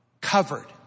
Covered